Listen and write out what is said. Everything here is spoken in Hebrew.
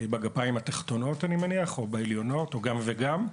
בגפיים התחתונות או העליונות או גם וגם?